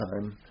time